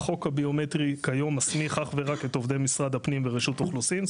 החוק הביומטרי כיום מסמיך אך ורק את עובדי משרד הפנים ורשות האוכלוסין.